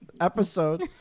episode